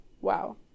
Wow